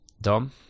Dom